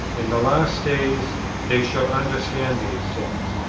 in the last days they shall understand these things.